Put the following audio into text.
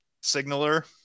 signaler